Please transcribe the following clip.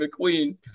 McQueen